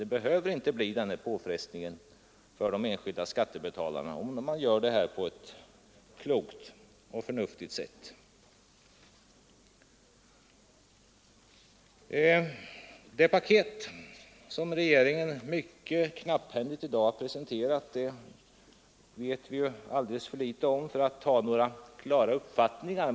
Det behöver inte bli en påfrestning för de enskilda skattebetalarna om man gör detta på ett förnuftigt sätt. Det paket som regeringen mycket knapphändigt i dag har presenterat vet vi ju alldeles för litet om för att kunna uttala några klara uppfattningar.